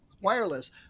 wireless